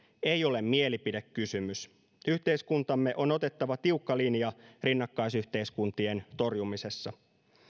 ei ole mielipidekysymys yhteiskuntamme on otettava tiukka linja rinnakkaisyhteiskuntien torjumisessa